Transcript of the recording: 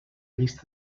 llista